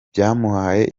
byamuhaye